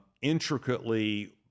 intricately